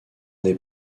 des